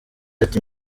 ati